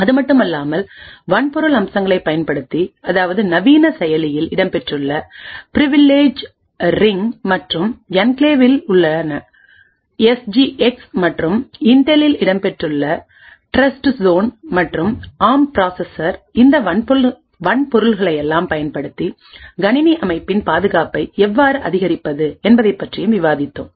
அதுமட்டுமல்லாமல் வன்பொருள் அம்சங்களைப் பயன்படுத்தி அதாவது நவீன செயலியில் இடம்பெற்றுள்ள பிரிவில்லேஜ் ரிங்மற்றும் என்கிளேவில் உள்ளன எஸ்ஜிஎக்ஸ் மற்றும் இன்டெலில் இடம்பெற்றுள்ள டிரஸ்ட்சோன் மற்றும் ஆம் பிராசஸ்ஸர் இந்த வன்பொருள்களையெல்லாம் பயன்படுத்தி கணினி அமைப்பின் பாதுகாப்பை எவ்வாறு அதிகரிப்பது என்பதைப் பற்றியும் விவாதித்தோம்